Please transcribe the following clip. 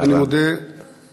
אני מודה שהשר,